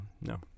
no